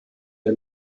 der